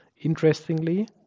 Interestingly